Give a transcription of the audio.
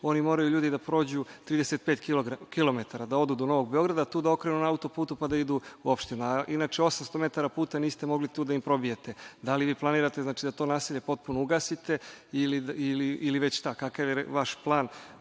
ljudi moraju da prođu 35 kilometara, da odu do Novog Beograda, da okrenu na auto-putu pa da idu u opštinu. Inače, 800 metara puta niste mogli tu da probijete. Da li vi planirate da to naselje potpuno ugasite ili već šta? Kakav je vaš plan